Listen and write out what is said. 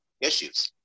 issues